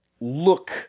look